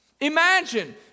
Imagine